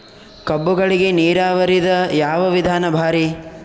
ಕಬ್ಬುಗಳಿಗಿ ನೀರಾವರಿದ ಯಾವ ವಿಧಾನ ಭಾರಿ?